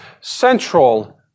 central